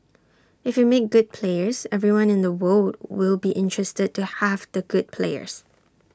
if you make good players everyone in the world will be interested to have the good players